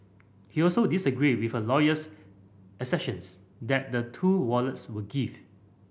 he also disagreed with her lawyer's assertions that the two wallets were gifts